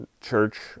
Church